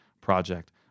project